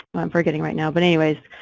i'm forgetting right now but anyways,